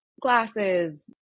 glasses